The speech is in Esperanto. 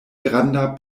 granda